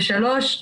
ושלוש,